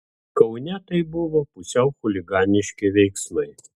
kaune tai buvo pusiau chuliganiški veiksmai